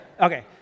Okay